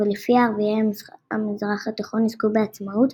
ולפיה ערביי המזרח התיכון יזכו בעצמאות